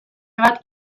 bat